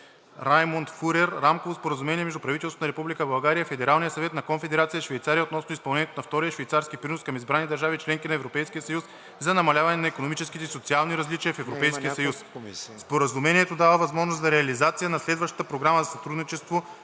Раймунд Фурер Рамково споразумение между правителството на Република България и Федералния съвет на Конфедерация Швейцария относно изпълнението на Втория швейцарски принос към избрани държави – членки на Европейския съюз, за намаляване на икономическите и социалните различия в Европейския съюз. Споразумението дава възможност за реализация на следващата програма за сътрудничество,